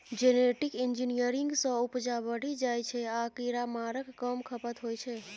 genetic engineering सँ उपजा बढ़ि जाइ छै आ कीरामारक कम खपत होइ छै